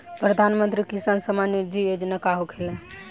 प्रधानमंत्री किसान सम्मान निधि योजना का होखेला?